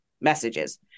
messages